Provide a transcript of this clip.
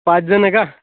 पाच जणं आहे का